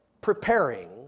preparing